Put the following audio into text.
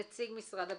לנציג משרד הפנים,